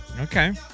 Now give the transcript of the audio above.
Okay